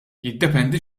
jiddependi